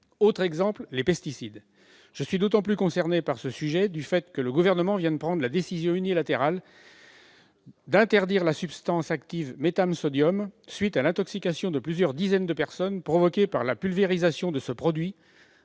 Autre exemple : les pesticides. Je suis d'autant plus concerné par ce sujet que le Gouvernement vient de prendre la décision unilatérale d'interdire la substance active métam-sodium à la suite de l'intoxication de plusieurs dizaines de personnes provoquée par la pulvérisation de ce produit